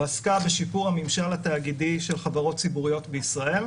ועסקה בשיפור הממשל התאגידי של חברות ציבוריות בישראל.